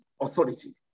authority